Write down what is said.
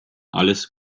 alles